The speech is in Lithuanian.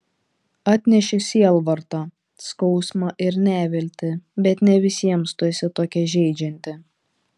atneši sielvartą skausmą ir neviltį bet ne visiems tu esi tokia žeidžianti